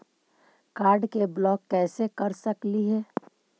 Card के block कैसे कर सकली हे?